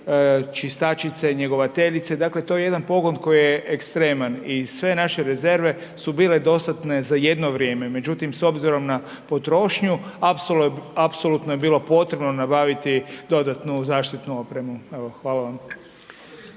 čistačice, njegovateljice, dakle to je jedan pogon koji je ekstreman i sve naše rezerve su bile dostatne za jedno vrijeme. Međutim, s obzirom na potrošnju, apsolutno je bilo potrebno nabaviti dodatnu zaštitnu opremu. Evo, hvala vam.